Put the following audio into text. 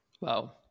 Wow